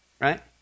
right